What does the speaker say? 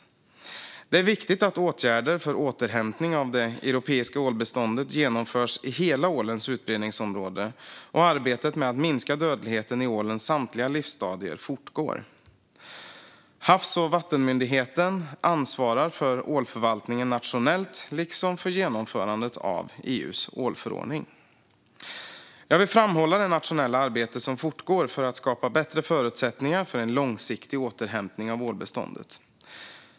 Det är viktigt att åtgärder för återhämtning av det europeiska ålbeståndet genomförs i ålens hela utbredningsområde och att arbetet med att minska dödligheten i ålens samtliga livsstadier fortgår. Havs och vattenmyndigheten ansvarar för ålförvaltningen nationellt liksom för genomförandet av EU:s ålförordning. Jag vill framhålla det nationella arbete som fortgår för att skapa bättre förutsättningar för en långsiktig återhämtning av ålbeståndet.